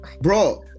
bro